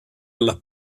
alla